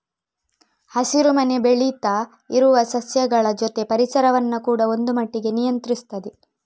ಹಸಿರು ಮನೆ ಬೆಳೀತಾ ಇರುವ ಸಸ್ಯಗಳ ಜೊತೆ ಪರಿಸರವನ್ನ ಕೂಡಾ ಒಂದು ಮಟ್ಟಿಗೆ ನಿಯಂತ್ರಿಸ್ತದೆ